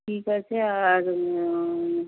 ঠিক আছে আর